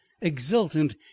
exultant